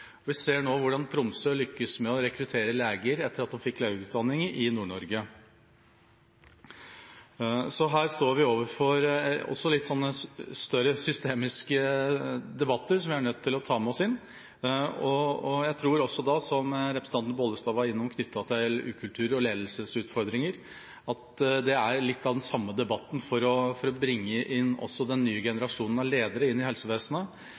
Vi ser nå hvordan Tromsø lykkes med å rekruttere leger etter at de fikk legeutdanning i Nord-Norge, så her står vi overfor litt større systemiske debatter, som vi er nødt til å ta med oss inn. Og som representanten Bollestad var innom knyttet til ukultur og ledelsesutfordringer, tror jeg at det er litt av den samme debatten. For å bringe inn også den nye generasjonen av ledere inn i helsevesenet